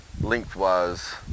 lengthwise